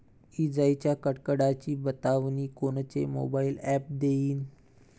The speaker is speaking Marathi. इजाइच्या कडकडाटाची बतावनी कोनचे मोबाईल ॲप देईन?